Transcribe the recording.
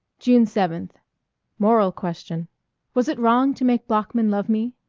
june seventh moral question was it wrong to make bloeckman love me?